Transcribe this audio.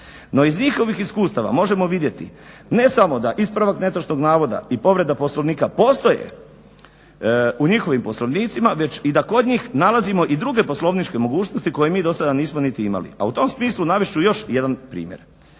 No iz njihovih iskustava možemo vidjeti ne samo da ispravak netočnog navoda i povreda Poslovnika postoje u njihovim poslovnicima već i da kod njih nalazimo i druge poslovničke mogućnosti koje mi do sada nismo niti imali. A u tom smislu navest ću još jedan primjer.